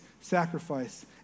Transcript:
sacrifice